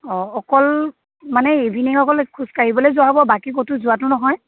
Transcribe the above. অ' অকল মানে ইভিনিং অকল খোজ কাঢ়িবলৈ যোৱা হ'ব বাকী ক'তো যোৱাটো নহয়